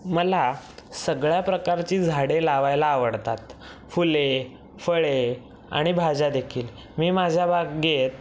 मला सगळ्या प्रकारची झाडे लावायला आवडतात फुले फळे आणि भाज्या देखील मी माझ्या बागेत